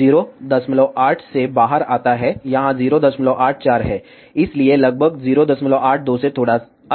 08 से बाहर आता है यहां 084 है इसलिए लगभग 082 से थोड़ा अधिक है